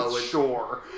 sure